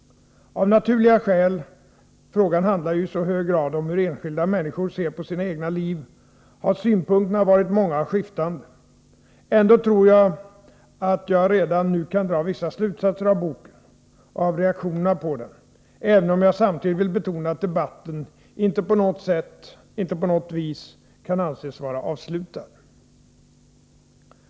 Av naturliga skäl — frågan handlar ju i så hög grad om hur enskilda människor ser på sina egna liv — har synpunkterna varit många och mycket skiftande. Ändå tror jag att jag redan nu kan dra vissa slutsatser av boken, och av reaktionerna på den, även om jag samtidigt vill betona att debatten inte på något vis kan anses vara avslutad.